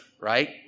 right